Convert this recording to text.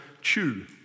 chew